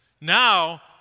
Now